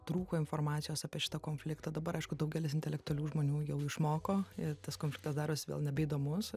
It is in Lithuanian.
trūko informacijos apie šitą konfliktą dabar aišku daugelis intelektualių žmonių jau išmoko ir tas konflinktas darosi vėl nebeįdomus